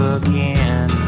again